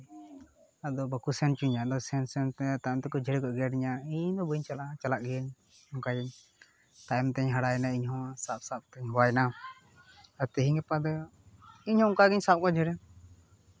ᱟᱫᱚ ᱵᱟᱠᱚ ᱥᱮᱱ ᱦᱚᱪᱚᱧᱟ ᱟᱫᱚ ᱥᱮᱱ ᱥᱮᱱ ᱛᱮ ᱛᱟᱭᱚᱢ ᱛᱮᱫᱚ ᱡᱷᱮᱲᱮ ᱠᱚ ᱮᱜᱮᱨᱤᱧᱟᱹ ᱤᱧ ᱫᱚ ᱵᱟᱹᱧ ᱪᱟᱞᱟᱜᱼᱟ ᱪᱟᱞᱟᱜ ᱜᱮᱭᱟᱹᱧ ᱚᱱᱠᱟᱭᱟᱹᱧ ᱛᱟᱭᱚᱢᱛᱮ ᱦᱟᱨᱟᱭᱮᱱᱟᱹᱧ ᱤᱧᱦᱚᱸ ᱥᱟᱵ ᱥᱟᱵ ᱛᱮᱧ ᱦᱮᱣᱟᱭᱮᱱᱟ ᱟᱨ ᱛᱮᱦᱮᱧ ᱜᱟᱯᱟ ᱫᱚ ᱤᱧ ᱦᱚᱸ ᱚᱱᱠᱟ ᱜᱮᱧ ᱥᱟᱵ ᱠᱚᱣᱟ ᱡᱷᱮᱲᱮ